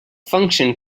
function